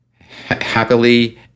happily